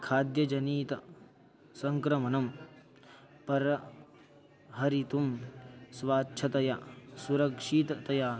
खाद्यजनितसङ्क्रमणं परहरितुं स्वच्छतया सुरक्षिततया